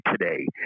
today